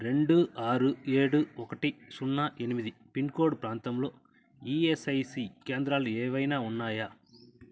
రెండు ఆరు ఏడు ఒకటి సున్నా ఎనిమిది పిన్ కోడ్ ప్రాంతంలో ఈఎస్ఐసి కేంద్రాలు ఏవైనా ఉన్నాయా